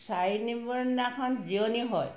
চাৰি নম্বৰ দিনাখন জিৰণি হয়